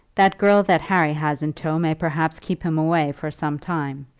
that girl that harry has in tow may perhaps keep him away for some time.